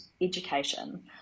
education